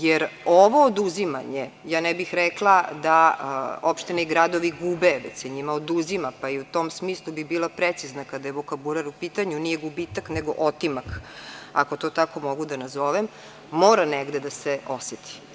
Jer, ovo oduzimanje, ne bih rekla da opštine i gradovi gube, već se njima oduzima, pa i u tom smislu bi bila precizna kada je vokabular u pitanju, nije gubitak nego „otimak“, ako to tako mogu da nazovem, mora negde da se oseti.